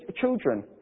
children